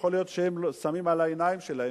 יכול להיות שהם שמים על העיניים שלהם,